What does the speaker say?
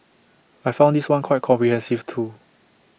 I found this one quite comprehensive too